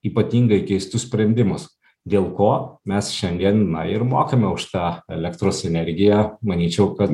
ypatingai keistus sprendimus dėl ko mes šiandien na ir mokame už tą elektros energiją manyčiau kad